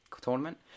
tournament